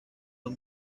los